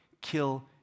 kill